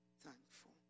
thankful